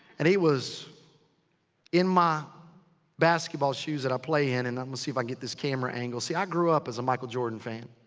and he was in my basketball shoes that i play in. and i'm gonna see if i can get this camera angle. see, i grew up as a michael jordan fan.